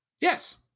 yes